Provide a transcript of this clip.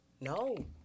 no